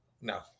No